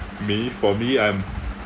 me for me I'm